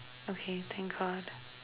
okay thank god